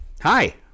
hi